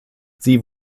sie